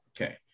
Okay